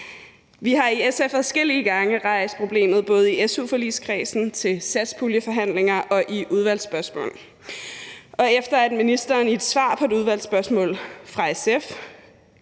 Vi har i SF adskillige gang rejst problemet, både i su-forligskredsen, til satspuljeforhandlinger og i udvalgsspørgsmål, og efter at ministeren i et svar på et udvalgsspørgsmål fra SF